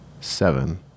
Seven